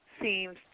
seems